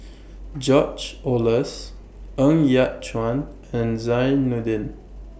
George Oehlers Ng Yat Chuan and Zainudin